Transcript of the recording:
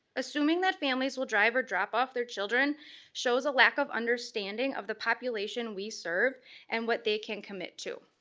assuming that families will drive or drop off their children shows a lack of understanding of the population we serve and what they can commit to.